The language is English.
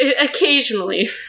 Occasionally